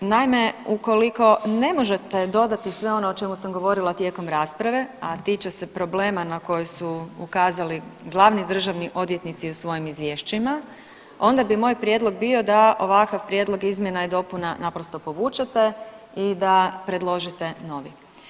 Naime, ukoliko ne možete dodati sve ono o čemu sam govorila tijekom rasprave, a tiče se problema na koji ukazali glavni državni odvjetnici u svojim izvješćima onda bi moj prijedlog bio da ovakav prijedlog izmjena i dopuna naprosto povučete i da predložite novi.